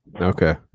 Okay